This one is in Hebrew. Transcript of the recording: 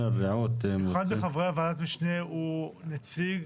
אחד מחברי ועדת המשנה הוא נציג